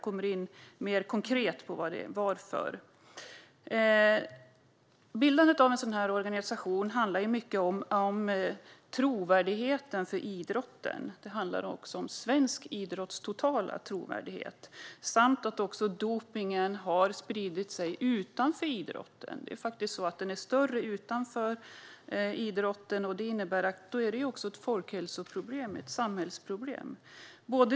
Bildandet av en sådan organisation handlar till stor del om idrottens trovärdighet. Det handlar också om svensk idrotts totala trovärdighet. Dopningen har också spridit sig utanför idrotten. Den är faktiskt större utanför idrotten. Intaget av dopningspreparat i syfte att nå de effekterna är också ett folkhälsoproblem, ett samhällsproblem.